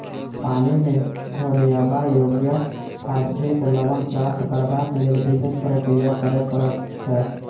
पानि मे घोरयबा योग्य फास्फेट लवण प्राप्त करबाक लेल विशेष प्रक्रिया करय पड़ैत छै